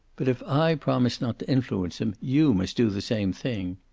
but if i promise not to influence him, you must do the same thing.